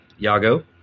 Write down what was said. Yago